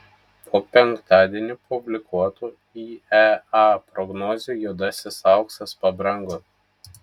po penktadienį publikuotų iea prognozių juodasis auksas pabrango